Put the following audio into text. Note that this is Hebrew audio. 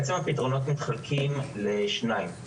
בעצם הפתרונות מתחלקים לשניים.